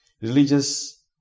Religious